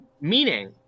Meaning